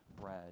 bread